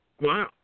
Wow